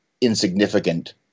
insignificant